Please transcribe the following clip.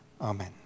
Amen